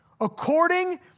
according